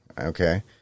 Okay